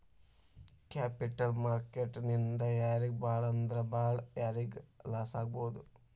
Capital market ನಿಂದಾ ಯಾರಿಗ್ ಭಾಳಂದ್ರ ಭಾಳ್ ಯಾರಿಗ್ ಲಾಸಾಗ್ಬೊದು?